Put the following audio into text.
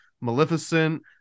Maleficent